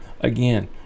again